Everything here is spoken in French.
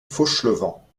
fauchelevent